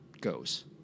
goes